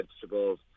vegetables